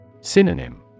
Synonym